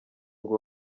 ngo